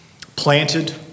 planted